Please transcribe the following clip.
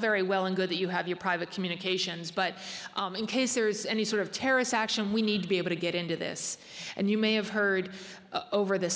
very well and good that you have your private communications but in case there is any sort of terrorist action we need to be able to get into this and you may have heard over the